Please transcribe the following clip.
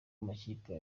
amakipe